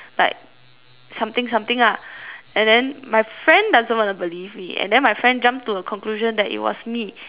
something something lah and then my friend doesn't want to believe me and then my friend jump to a conclusion that it was me and then the